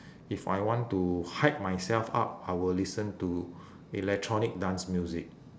if I want to hype myself up I will listen to electronic dance music